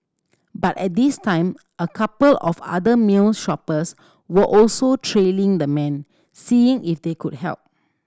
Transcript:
but at this time a couple of other meal shoppers were also trailing the man seeing if they could help